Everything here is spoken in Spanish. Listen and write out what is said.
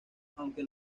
murió